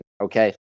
Okay